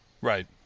right